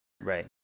Right